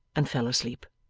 and fell asleep.